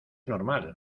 normal